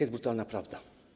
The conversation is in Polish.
jest brutalna prawda.